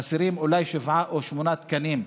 חסרים אולי שבעה או שמונה תקנים.